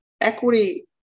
equity